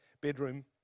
Bedroom